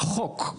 חוק.